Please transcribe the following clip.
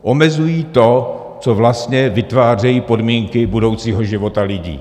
Omezují to, co vlastně vytváří podmínky budoucího života lidí.